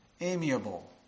amiable